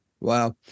Wow